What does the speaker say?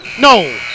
no